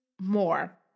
more